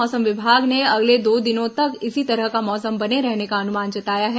मौसम विभाग ने अगले दो दिनों तक इसी तरह का मौसम बने रहने का अनुमान जताया है